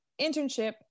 internship